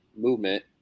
movement